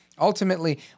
Ultimately